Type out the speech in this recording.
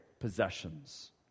Possessions